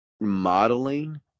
modeling